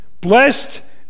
blessed